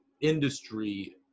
industry